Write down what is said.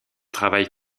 travaille